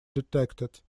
detected